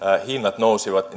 hinnat nousivat